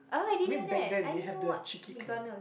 I mean back then they have the Chickee Club